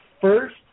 first